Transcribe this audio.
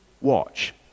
watch